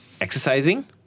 exercising